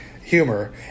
humor